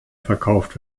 verkauft